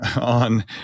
on